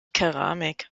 keramik